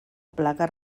plaga